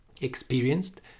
experienced